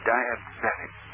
Diabetic